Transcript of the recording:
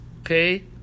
Okay